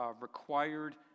required